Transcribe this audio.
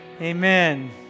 Amen